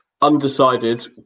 Undecided